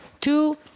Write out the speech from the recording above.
two